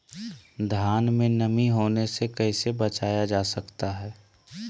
धान में नमी होने से कैसे बचाया जा सकता है?